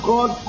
God